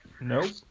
Nope